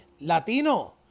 Latino